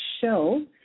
show